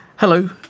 Hello